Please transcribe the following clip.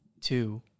two